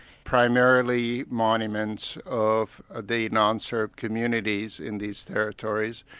primarily monuments of the non-serb communities in these territories,